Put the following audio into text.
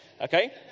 Okay